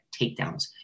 takedowns